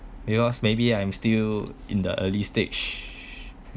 because maybe I'm still in the early stage